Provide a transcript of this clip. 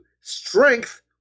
strength